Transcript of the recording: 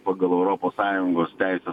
pagal europos sąjungos teisės